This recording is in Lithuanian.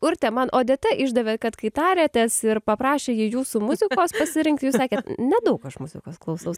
urte man odeta išdavė kad kai tariatės ir paprašė ji jūsų muzikos pasirinkti jūs sakėt nedaug aš muzikos klausaus